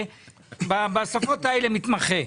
בשפות האלה אני מתמחה.